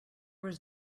was